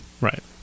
Right